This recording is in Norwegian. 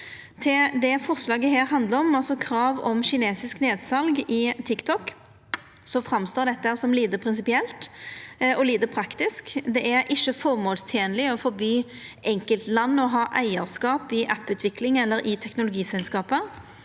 det dette forslaget handlar om, altså krav om kinesisk nedsal i TikTok, så framstår det som lite prinsipielt og lite praktisk. Det er ikkje formålstenleg å forby enkeltland å ha eigarskap i apputvikling eller i teknologiselskap.